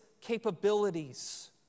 capabilities